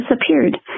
disappeared